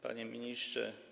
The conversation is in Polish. Panie Ministrze!